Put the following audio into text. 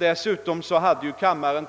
Dessutom hade kammaren